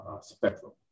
spectrum